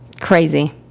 Crazy